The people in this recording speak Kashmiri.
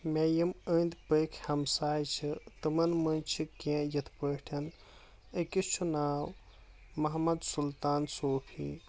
مےٚ یِم انٛدۍ پٔکۍ ہمساۓ چھِ تِمن منٛز چھِ کینٛہہ یتھ پٲٹھۍ أکِس چھُ ناو محمد سُلطان صوفی